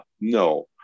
no